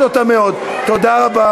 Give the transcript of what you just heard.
את לא יכולה,